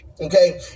Okay